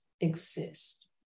exist